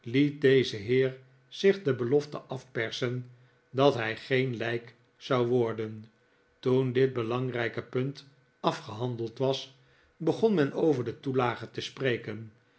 deze heer zich de belofte afpersen dat hij geen lijk zou worden toen dit beiangrijke punt afgehandeld was begon men over de toelage te spreken